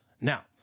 Now